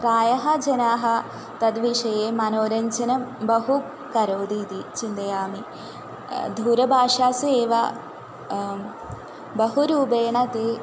प्रायः जनाः तद्विषये मनोरञ्जनं बहु करोतीति चिन्तयामि दूरभाषासु एव बहुरूपेण ते